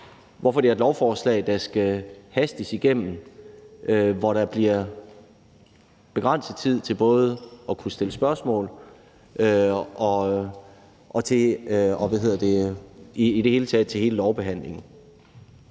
hvorfor det er et lovforslag, der skal hastes igennem, så der bliver begrænset tid til både at kunne stille spørgsmål og i det hele